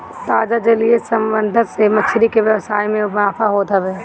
ताजा जलीय संवर्धन से मछरी के व्यवसाय में मुनाफा होत हवे